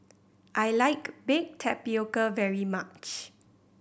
I like baked tapioca very much